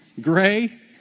Gray